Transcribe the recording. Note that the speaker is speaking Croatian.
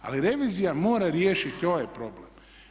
Ali revizija mora riješiti ovaj problem.